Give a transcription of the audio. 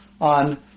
on